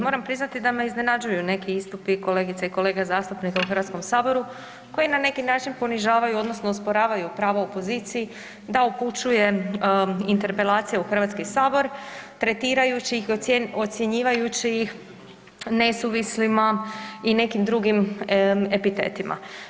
Moramo priznati da me iznenađuju neki istupi kolegica i kolega zastupnika u HS-u, koji na neki način ponižavaju, odnosno osporavaju pravo opoziciji da upućuje interpelacije u HS tretirajući ih i ocjenjujući ih nesuvislima i nekim drugim epitetima.